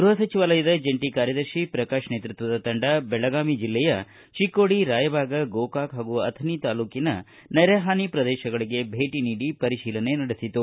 ಗೃಹ ಸಚಿವಾಲಯದ ಜಂಟಿ ಕಾರ್ಯದರ್ಶಿ ಪ್ರಕಾಶ ನೇತೃತ್ವದ ತಂಡ ಬೆಳಗಾವಿ ಜಿಲ್ಲೆಯ ಚಿಕ್ಕೋಡಿ ರಾಯಭಾಗ ಗೋಕಾಕ್ ಹಾಗೂ ಅಥಣಿ ತಾಲೂಕಿನ ನೆರೆಹಾನಿ ಪ್ರದೇಶಗಳಿಗೆ ಭೇಟಿ ನೀಡಿ ಪರಿಶೀಲನೆ ನಡೆಸಿತು